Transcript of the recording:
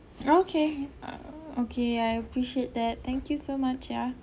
okay ah okay I appreciate that thank you so much ya